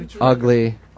ugly